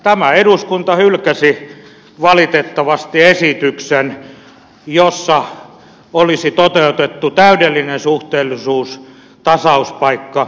tämä eduskunta hylkäsi valitettavasti esityksen jossa olisi toteutettu täydellinen suhteellisuus tasauspaikkajärjestelmän kautta